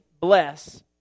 bless